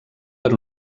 per